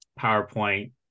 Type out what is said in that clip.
powerpoint